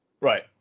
Right